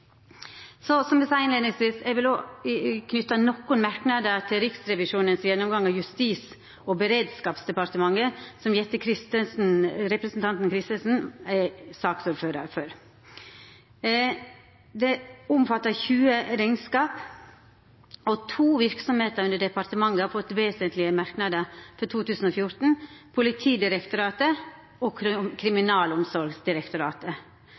Som eg sa i innleiinga, vil eg òg knyta nokre merknader til Riksrevisjonens gjennomgang av Justis- og beredskapsdepartementets område, som representanten Jette F. Christensen er saksordførar for. Det omfattar 20 rekneskap, og to verksemder under departementet har fått vesentlege merknader for 2014: Politidirektoratet og